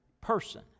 person